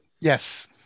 yes